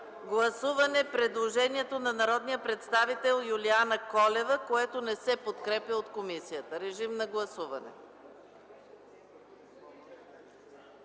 гласуване предложението на народния представител Юлиана Колева, което не се подкрепя от комисията. (Реплика от народния